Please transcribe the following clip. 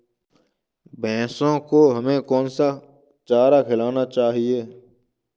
भैंसों को हमें कौन सा चारा खिलाना चाहिए?